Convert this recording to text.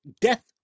death